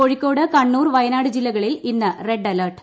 കോഴിക്കോട് കണ്ണൂർ വയനാട് ജില്ലകളിൽ ഇന്ന് red alert